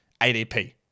ADP